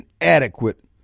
inadequate